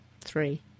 Three